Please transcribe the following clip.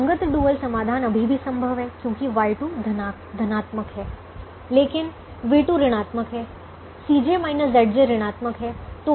संगत डुअल समाधान अभी भी संभव है क्योंकि Y2 धनात्मक है लेकिन v2 ऋणात्मक है ऋणात्मक है